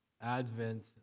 Advent